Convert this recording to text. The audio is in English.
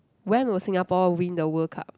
when will Singapore win the World-Cup